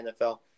NFL